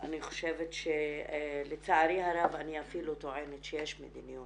אני חושבת שלצערי הרב אני אפילו טוענת שיש מדיניות,